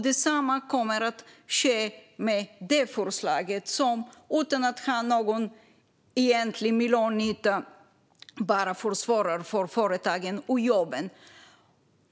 Detsamma kommer att ske med det här förslaget, som utan att ha någon egentlig miljönytta bara försvårar för företagen och jobben.